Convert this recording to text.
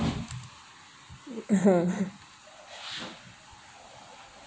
!huh!